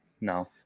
No